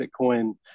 Bitcoin